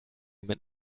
mit